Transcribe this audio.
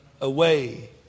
away